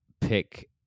pick